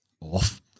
off